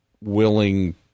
willing